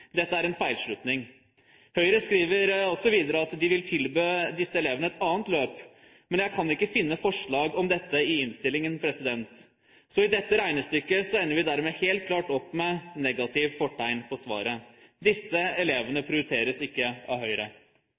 Dette er en feilslutning. Høyre skriver videre at de vil tilby disse elevene et annet løp, men jeg kan ikke finne forslag om dette i innstillingen. I dette regnestykket ender vi dermed helt klart opp med negativt fortegn på svaret. Disse elevene prioriteres ikke av Høyre.